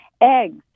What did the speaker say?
eggs